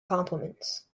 compliments